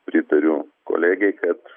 pritariu kolegei kad